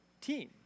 team